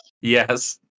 Yes